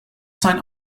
sign